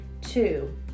two